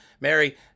Mary